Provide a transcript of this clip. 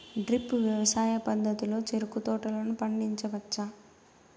drip వ్యవసాయ పద్ధతిలో చెరుకు తోటలను పండించవచ్చా